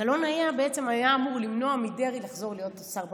הקלון בעצם היה אמור למנוע מדרעי לחזור להיות שר בממשלה.